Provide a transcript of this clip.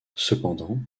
cependant